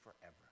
forever